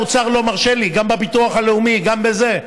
"האוצר לא מרשה לי" גם בביטוח הלאומי, גם בזה.